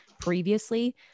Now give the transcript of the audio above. previously